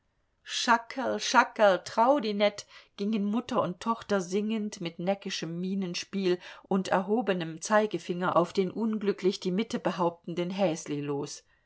schackerl schackerl trau di net gingen mutter und tochter singend mit neckischem mienenspiel und erhobenem zeigefinger auf den unglücklich die mitte behauptenden häsli los